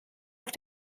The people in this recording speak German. auf